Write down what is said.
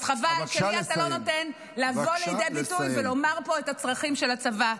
אז חבל שלי אתה לא נותן לבוא לידי ביטוי ולומר פה את הצרכים של הצבא,